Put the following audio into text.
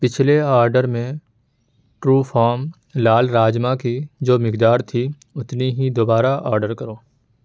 پچھلے آرڈر میں ٹروفارم لال راجما کی جو مقدار تھی اتنی ہی دوبارہ آرڈر کرو